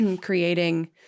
creating